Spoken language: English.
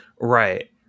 Right